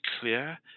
clear